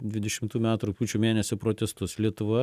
dvidešimtų metų rugpjūčio mėnesio protestus lietuva